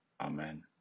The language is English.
Amen